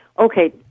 Okay